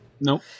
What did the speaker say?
Nope